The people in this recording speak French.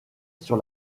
sur